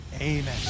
amen